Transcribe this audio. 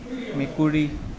মেকুৰী